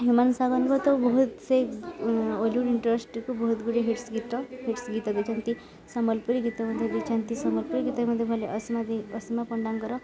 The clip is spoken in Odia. ହ୍ୟୁମାନ୍ ସାଗରଙ୍କର ତ ବହୁତ ସେ ଓଲିଉଡ଼ ଇଣ୍ଡ୍ରଷ୍ଟ୍ରିକୁ ବହୁତ ଗୁଡ଼ିଏ ହିଟ୍ସ ଗୀତ ହିଟ୍ସ ଗୀତ ଦେଇଛନ୍ତି ସମ୍ବଲପୁରୀ ଗୀତ ମଧ୍ୟ ଦେଇଛନ୍ତି ସମ୍ବଲପୁରୀ ଗୀତ ମଧ୍ୟ ଭଲ ଅସୀମା ଅସୀମା ପଣ୍ଡାଙ୍କର